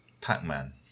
Pac-Man